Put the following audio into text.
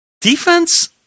Defense